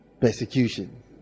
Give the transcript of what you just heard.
persecution